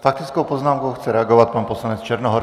Faktickou poznámkou chce reagovat pan poslanec Černohorský.